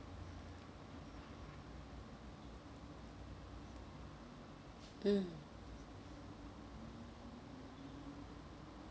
mm